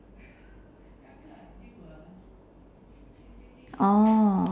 oh